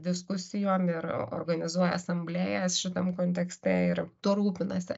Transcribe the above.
diskusijom ir organizuoja asamblėjas šitam kontekste ir tuo rūpinasi